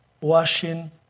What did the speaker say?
washing